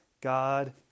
God